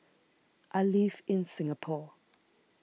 I live in Singapore